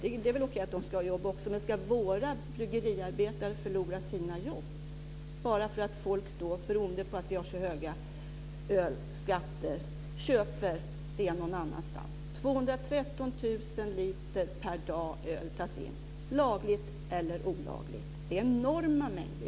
Det är väl okej att de ska ha jobb också, men ska våra bryggeriarbetare förlora sin jobb bara för att folk, beroende på att vi har så höga ölskatter, köper det från något annat land? 213 000 liter öl per dag tas in lagligt eller olagligt. Det är enorma mängder.